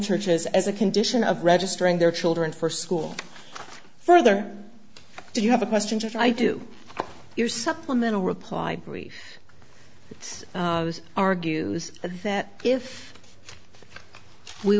churches as a condition of registering their children for school further do you have a question for i do your supplemental reply brief argues that if we